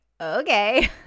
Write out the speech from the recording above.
okay